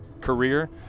career